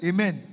Amen